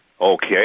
Okay